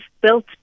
built